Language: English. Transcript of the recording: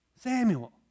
Samuel